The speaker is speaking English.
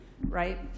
right